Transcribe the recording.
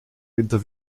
winter